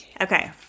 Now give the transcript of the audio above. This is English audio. Okay